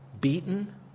beaten